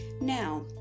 Now